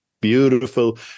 beautiful